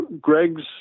greg's